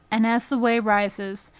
and as the whey rises,